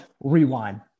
rewind